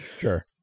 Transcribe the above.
Sure